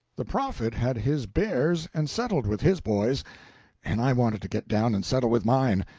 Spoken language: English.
the prophet had his bears and settled with his boys and i wanted to get down and settle with mine,